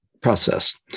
process